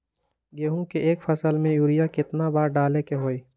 गेंहू के एक फसल में यूरिया केतना बार डाले के होई?